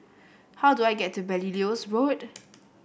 how do I get to Belilios Road